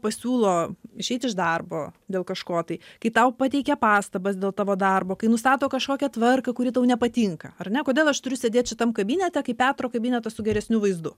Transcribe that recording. pasiūlo išeit iš darbo dėl kažko tai kai tau pateikia pastabas dėl tavo darbo kai nustato kažkokią tvarką kuri tau nepatinka ar ne kodėl aš turiu sėdėt šitam kabinete kai petro kabinetas su geresniu vaizdu